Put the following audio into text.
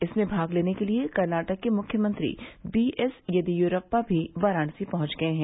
इसमें भाग लेने के लिए कर्नाटक के मुख्यमंत्री बीएस येदियुरप्पा भी वाराणसी पहुंच गए हैं